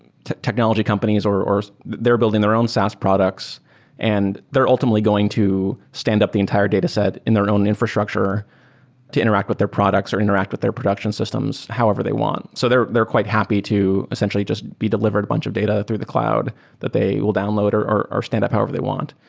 technology companies or or they're building their own saas products and they're ultimately going to stand up the entire dataset in their own infrastructure to interact with their products or interact with their production systems however they want. so they're they're quite happy to essentially just be delivered a bunch of data through the cloud that they will download or or stand up however they want.